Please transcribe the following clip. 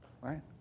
right